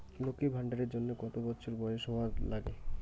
লক্ষী ভান্ডার এর জন্যে কতো বছর বয়স হওয়া লাগে?